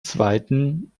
zweiten